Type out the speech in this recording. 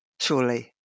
surely